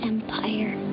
Empire